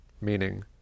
meaning